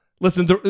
Listen